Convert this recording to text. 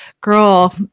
Girl